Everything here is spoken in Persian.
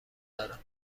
دارم